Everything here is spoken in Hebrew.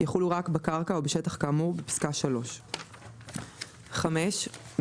יחולו רק בקרקע או בשטח כאמור בפסקה (3); (5)מיתקן